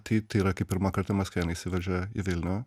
tai yra kai pirmą kartą maskvėnai įsiveržė į vilnių